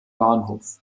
bahnhof